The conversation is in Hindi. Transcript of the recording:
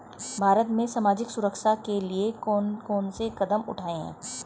भारत में सामाजिक सुरक्षा के लिए कौन कौन से कदम उठाये हैं?